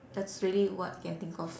that's really what I can think of